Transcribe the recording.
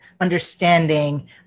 understanding